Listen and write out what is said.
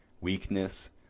weakness